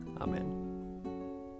Amen